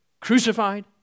crucified